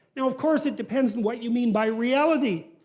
now, of course, it depends on what you mean by reality.